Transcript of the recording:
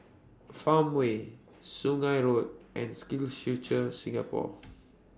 Farmway Sungei Road and SkillsFuture Singapore